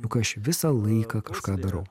juk aš visą laiką kažką darau